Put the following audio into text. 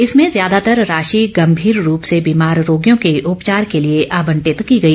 इसमें ज्यादातर राशि गंभीर रूप से बीमार रोगियों के उपचार के लिए आबंटित की गई